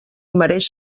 mereix